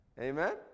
Amen